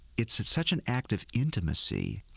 it's it's such an act of intimacy.